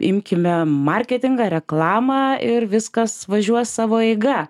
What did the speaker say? imkime marketingą reklamą ir viskas važiuos savo eiga